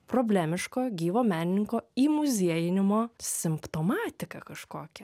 problemiško gyvo menininko įmuziejinimo simptomatiką kažkokią